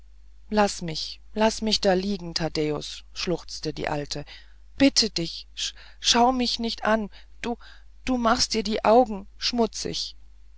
laß mich laß mich da liegen taddäus schluchzte die alte bitte dich schschau mich nicht an ddu machst dir die augen schmutzig